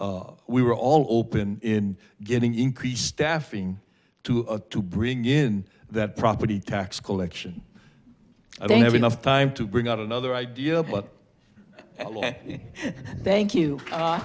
we were all open in getting increased staffing to to bring in that property tax collection i don't have enough time to bring out another idea but thank you